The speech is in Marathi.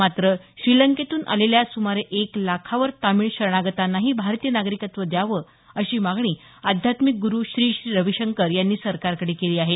मात्र श्रीलंकेतून आलेल्या सुमारे एक लाखावर तमिळ शरणागतांनाही भारतीय नागरिकत्व द्यावं अशी मागणी आध्यात्मिक गुरु श्री श्री रविशंकर यांनी सरकारकडे केली आहे